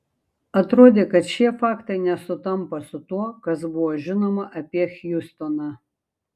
atrodė kad šie faktai nesutampa su tuo kas buvo žinoma apie hiustoną